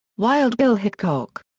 wild bill hickok.